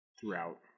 throughout